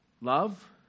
Love